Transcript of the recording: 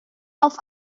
auf